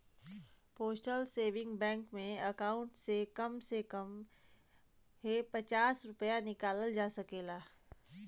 postal saving bank में account से कम से कम हे पचास रूपया निकालल जा सकता